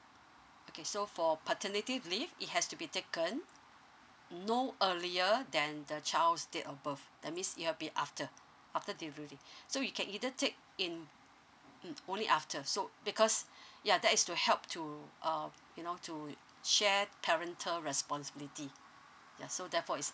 okay so for paternity leave it has to be taken no earlier than the child date of birth that means it will be after after delivery so you can either take in mm only after so because ya that is to help to um you know to share parental responsibility ya so therefore is